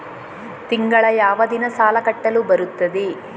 ತಿಂಗಳ ಯಾವ ದಿನ ಸಾಲ ಕಟ್ಟಲು ಬರುತ್ತದೆ?